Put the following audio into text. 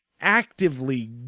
actively